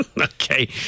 Okay